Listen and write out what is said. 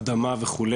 אדמה וכו',